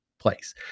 place